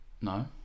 no